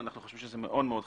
אנחנו חושבים שזה מאוד מאוד חשוב.